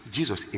Jesus